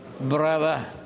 Brother